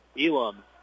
Elam